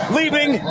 leaving